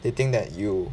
they think that you